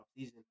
offseason